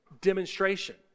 demonstration